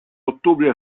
ottobre